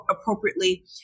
appropriately